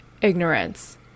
Ignorance